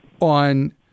on